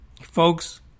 folks